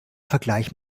vergleich